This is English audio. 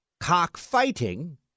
cockfighting